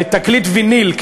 תקליט ויניל,